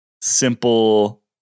simple